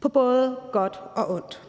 på både godt og ondt.